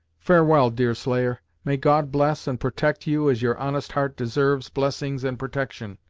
farewell, deerslayer may god bless and protect you as your honest heart deserves blessings and protection,